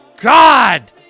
God